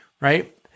right